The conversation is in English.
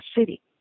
city